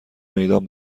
میدان